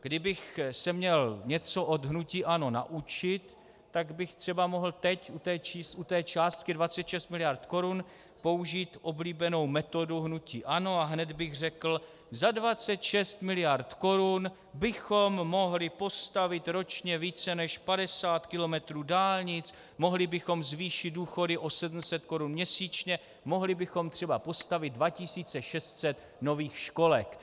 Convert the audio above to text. Kdybych se měl něco od hnutí ANO naučit, tak bych třeba mohl teď u té částky 26 miliard korun použít oblíbenou metodu hnutí ANO a hned bych řekl: Za 26 miliard korun bychom mohli postavit ročně více než 50 kilometrů dálnic, mohli bychom zvýšit důchody o 700 korun měsíčně, mohli bychom třeba postavit 2 600 nových školek.